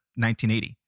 1980